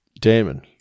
Damon